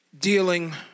dealing